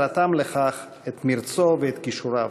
ורתם לכך את מרצו ואת כישוריו.